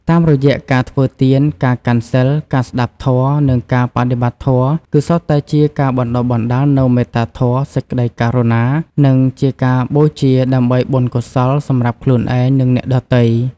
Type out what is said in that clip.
តាមរយៈការធ្វើទាន ការកាន់សីល ការស្តាប់ធម៌ និងការបដិបត្តិធម៌ គឺសុទ្ធតែជាការបណ្តុះបណ្តាលនូវមេត្តាធម៌ សេចក្តីករុណា និងជាការបូជាដើម្បីបុណ្យកុសលសម្រាប់ខ្លួនឯង និងអ្នកដទៃ។